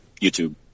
YouTube